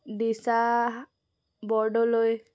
Disha Bordoloi